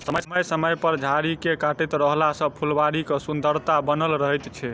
समय समय पर झाड़ी के काटैत रहला सॅ फूलबाड़ीक सुन्दरता बनल रहैत छै